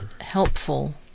helpful